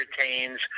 retains